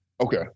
Okay